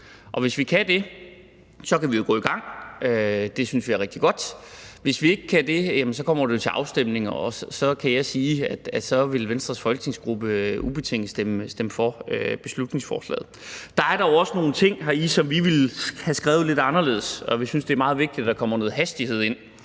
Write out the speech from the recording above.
Og hvis vi kan det, kan vi jo gå i gang, det synes vi er rigtig godt. Hvis vi ikke kan det, kommer det jo til afstemning, og så kan jeg sige, at så vil Venstres folketingsgruppe ubetinget stemme for beslutningsforslaget. Der er dog også nogle ting heri, som vi ville have skrevet lidt anderledes. Vi synes, det er meget vigtigt, at der kommer noget hastighed ind